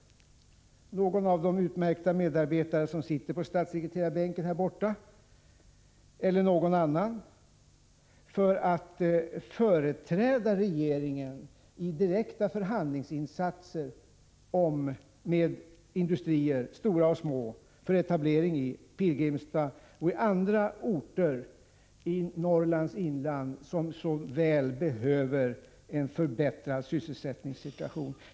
utvecklingei någon av de utmärkta medarbetare som nu sitter på statssekreterarbänken i Norr AS 2 0 3 + s lt rrlian kammaren eller någon annan — att företräda regeringen med direkta > Fr inland, m.m. förhandlingsinsatser med industrier, stora och små, för etablering i Pilgrimstad och i andra orter i Norrlands inland som så väl behöver en förbättrad sysselsättningssituation.